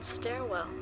stairwell